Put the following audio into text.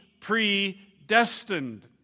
predestined